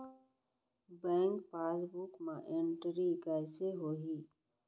Bank passbook मा entry कइसे होही?